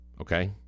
okay